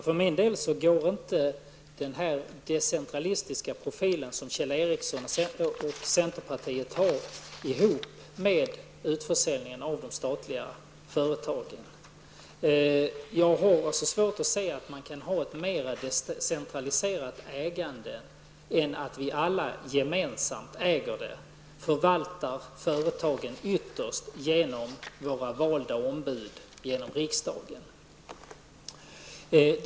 Fru talman! För min del går inte den decentralistiska profilen som Kjell Ericsson och centerpartiet förordar ihop med utförsäljning av de statliga företagen. Jag har svårt att se att man kan ha ett mer decentraliserat ägande än att vi alla gemensamt äger och förvaltar företagen ytterst genom våra valda ombud i riksdagen.